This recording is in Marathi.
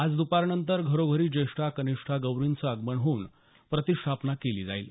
आज दपारनंतर घरोघरी ज्येष्ठा कनिष्ठा गौरींचं आगमन होऊन प्रतिष्ठापना केली जाईल